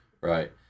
Right